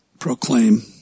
Proclaim